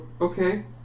okay